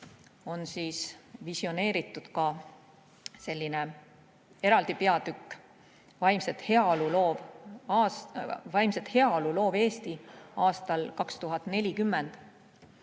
on visioneeritud ka selline eraldi peatükk "Vaimset heaolu loov Eesti aastal 2040".